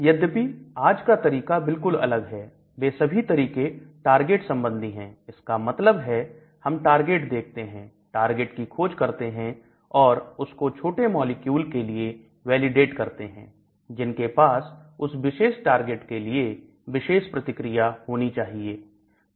यद्यपि आज का तरीका बिल्कुल अलग है वे सभी तरीके टारगेट संबंधी है इसका मतलब है हम टारगेट देखते हैं टारगेट की खोज करते हैं और उसको छोटे मॉलिक्यूल के लिए वैलिडेट करते हैं जिनके पास उस विशेष टारगेट के लिए विशेष प्रतिक्रिया होनी चाहिए